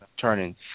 turning